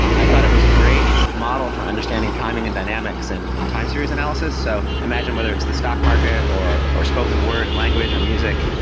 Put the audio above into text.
i thought it was a great model for understanding timing and dynamics and and times series analysis. so imagine whether it's the stock market, or or spoken word and language or music,